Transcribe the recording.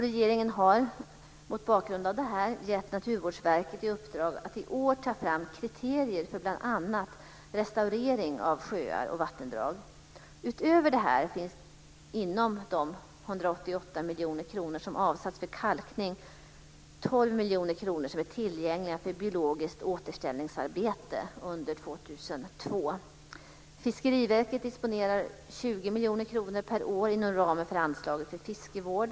Regeringen har mot den bakgrunden gett Naturvårdsverket i uppdrag att i år ta fram kriterier för bl.a. restaurering av sjöar och vattendrag. Utöver detta finns inom de 188 miljoner kronor som avsatts för kalkning 12 miljoner kronor tillgängliga för biologiskt återställningsarbete under år 2002. Fiskeriverket disponerar 20 miljoner kronor per år inom ramen för anslaget för fiskevård.